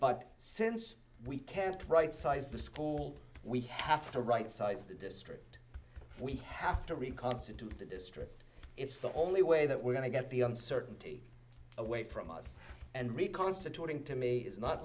but since we can't right size the school we have to right size the district we have to reconstitute the district it's the only way that we're going to get the uncertainty away from us and reconstituting to me is not